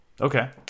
Okay